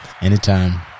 Anytime